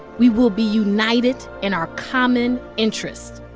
we will be united in our common interest.